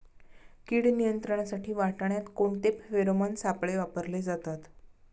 कीड नियंत्रणासाठी वाटाण्यात कोणते फेरोमोन सापळे वापरले जातात?